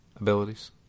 abilities